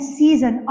season